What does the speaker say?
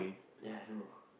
ya I know